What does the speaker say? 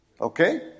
Okay